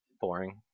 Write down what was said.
boring